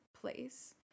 place